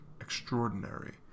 extraordinary